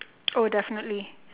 oh definitely